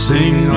Sing